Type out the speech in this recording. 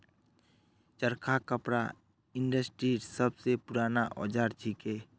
चरखा कपड़ा इंडस्ट्रीर सब स पूराना औजार छिके